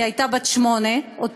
היא הייתה בת שמונה או תשע,